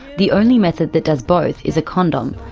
the only method that does both is a condom,